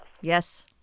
Yes